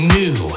new